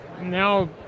now